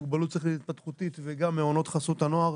מוגבלות שכלית-התפתחותית וגם מעונות חסות הנוער.